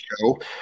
show